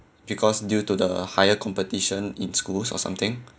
because due to the higher competition in schools or something